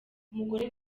umugore